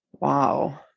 Wow